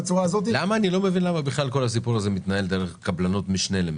למה זה מתנהל דרך קבלנות משנה?